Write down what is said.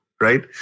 right